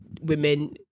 women